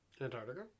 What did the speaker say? antarctica